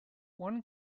one